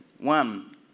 One